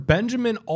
Benjamin